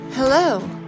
Hello